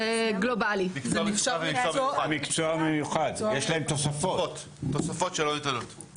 אצלנו בבית החולים בלילה נתון יש שמונה פנימאים בבניין.